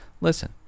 listen